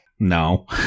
No